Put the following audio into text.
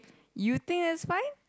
you think that's fine